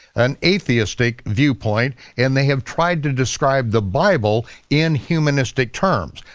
an atheistic viewpoint and they have tried to describe the bible in humanistic terms,